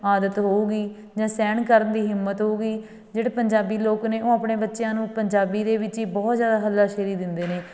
ਆਦਤ ਹੋਊਗੀ ਜਾਂ ਸਹਿਣ ਕਰਨ ਦੀ ਹਿੰਮਤ ਹੋਊਗੀ ਜਿਹੜੇ ਪੰਜਾਬੀ ਲੋਕ ਨੇ ਉਹ ਆਪਣੇ ਬੱਚਿਆਂ ਨੂੰ ਪੰਜਾਬੀ ਦੇ ਵਿੱਚ ਹੀ ਬਹੁਤ ਜ਼ਿਆਦਾ ਹੱਲਾਸ਼ੇਰੀ ਦਿੰਦੇ ਨੇ